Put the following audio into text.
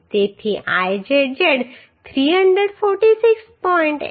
તેથી Izz 346